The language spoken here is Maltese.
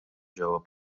ġewwa